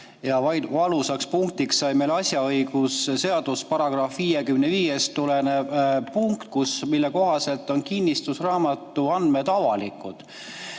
ja valusaks punktiks sai asjaõigusseaduse §‑st 55 tulenev punkt, mille kohaselt on kinnistusraamatu andmed avalikud.